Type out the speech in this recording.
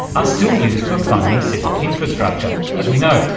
are still used for funding civic infrastructure, as we know,